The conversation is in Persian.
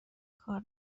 کار